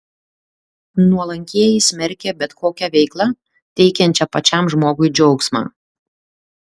nuolankieji smerkė bet kokią veiklą teikiančią pačiam žmogui džiaugsmą